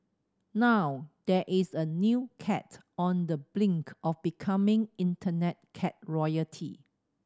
now there is a new cat on the brink of becoming Internet cat royalty